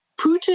Putin